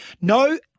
No